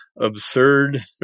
absurd